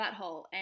butthole